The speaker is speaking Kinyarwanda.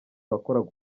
wakoraga